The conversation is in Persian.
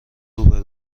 روبه